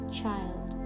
child